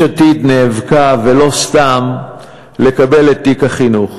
יש עתיד נאבקה, ולא סתם, לקבל את תיק החינוך